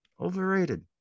Overrated